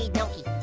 ah no-kee,